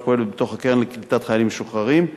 שפועלת בתוך הקרן לקליטת חיילים משוחררים,